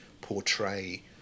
portray